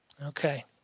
Okay